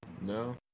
No